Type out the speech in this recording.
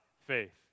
faith